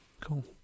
Cool